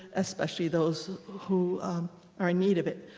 especially those who are in need of it.